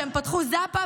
שהם פתחו "זאפה",